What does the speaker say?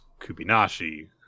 Kubinashi